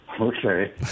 Okay